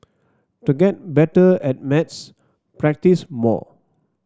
to get better at maths practise more